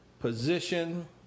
position